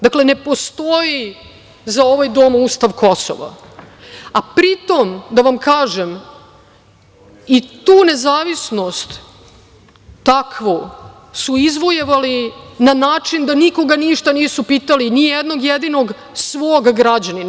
Dakle, ne postoji za ovaj Dom ustav Kosova, a pri tom, da vam kažem, i tu nezavisnost takvu su izvojevali na način da nikoga ništa nisu pitali, ni jednog jedinog svog građanina.